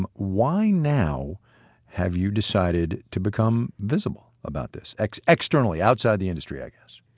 um why now have you decided to become visible about this externally outside the industry, i guess?